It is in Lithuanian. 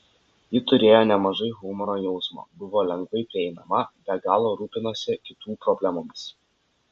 ji turėjo nemažai humoro jausmo buvo lengvai prieinama be galo rūpinosi kitų problemomis